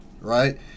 right